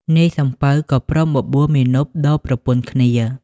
នាយសំពៅក៏ព្រមបបួលមាណពដូរប្រពន្ធគ្នា។